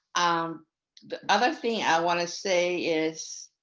um the other thing i want to say is